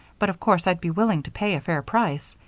but of course i'd be willing to pay a fair price.